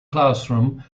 classroom